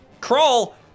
crawl